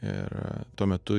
ir tuo metu